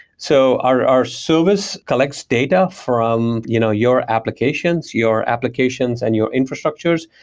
so our our service collects data from you know your applications, your applications and your infrastructures,